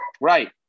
right